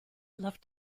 love